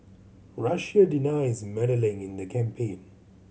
Russia denies meddling in the campaign